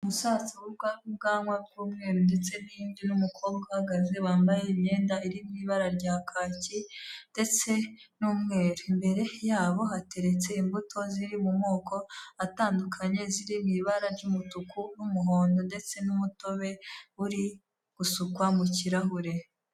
Umusaza w'ubwanwa bw'umweru ndetse n'imvi, n'umukobwa uhagaze wambaye imyenda iri mu ibara rya kaki ndetse n'umweru. Imbere yabo hateretse imbuto ziri mu moko atandukanye ziri mu ibara ry'umutuku n'umuhondo, ndetse n'umutobe uri gusukwa mu kirahure.